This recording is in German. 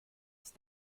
ist